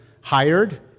hired